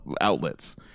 outlets